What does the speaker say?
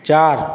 চার